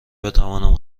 بتوانم